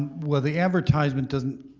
well, the advertisement doesn't,